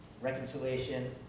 reconciliation